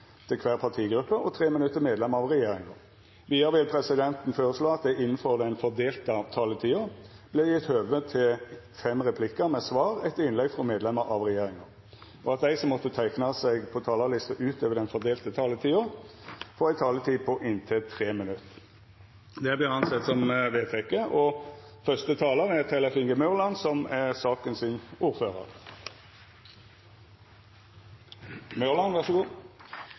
til kvar partigruppe og 5 minutt til medlemer av regjeringa. Vidare vil presidenten føreslå at det – innanfor den fordelte taletida – vert gjeve anledning til inntil fem replikkar med svar etter innlegg frå medlemer av regjeringa, og at dei som måtte teikna seg på talarlista utover den fordelte taletida, får ei taletid på inntil 3 minutt. – Det er vedteke. Forslagsstillerne mener at det er